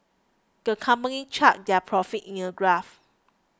the company charted their profits in a graph